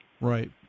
Right